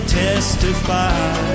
testify